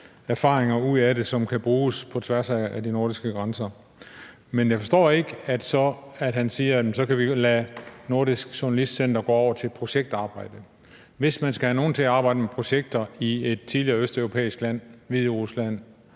erfaringer ud af det, som kan bruges på tværs af de nordiske grænser. Men jeg forstår så ikke, at ministeren siger, at vi kan lade Nordisk Journalistcenter gå over til projektarbejde. Hvis man skal have nogen til at arbejde med projekter i et tidligere østeuropæisk land – Hviderusland,